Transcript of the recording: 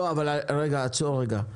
לא, עצור רגע.